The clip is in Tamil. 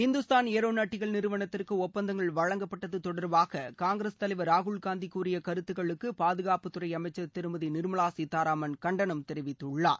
இந்தாஸ்தான் ஏரோநாட்டிக்கல் நிறுவனத்திற்கு ஒப்பந்தங்கள் வழங்கப்பட்டது தொடர்பாக காங்கிரஸ் தலைவர் ராகுல்காந்தி கூறிய கருத்துகளுக்கு பாதுகாப்புத்துறை அமைச்சர் திருமதி நிர்மலா சீதாராமன் கண்டனம் தெரிவித்துள்ளார்